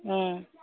ꯎꯝ